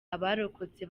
abarokotse